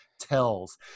tells